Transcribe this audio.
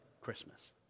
Christmas